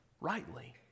rightly